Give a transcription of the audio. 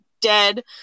dead